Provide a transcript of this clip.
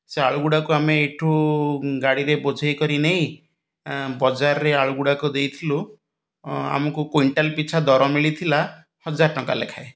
ସେ ଆଳୁଗୁଡ଼ାକୁ ଆମେ ଏଇଠୁ ଗାଡ଼ିରେ ବୋଝେଇ କରି ନେଇ ବଜାରରେ ଆଳୁଗୁଡ଼ାକ ଦେଇଥିଲୁ ଆମକୁ କୁଇଣ୍ଟାଲ୍ ପିଛା ଦର ମିଳିଥିଲା ହଜାର ଟଙ୍କା ଲେଖାଏଁ